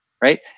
right